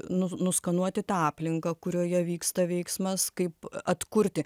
nu nuskanuoti tą aplinką kurioje vyksta veiksmas kaip atkurti